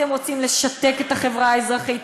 אתם רוצים לשתק את החברה האזרחית,